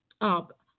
up